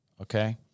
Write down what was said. okay